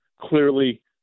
Clearly